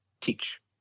teach